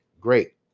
great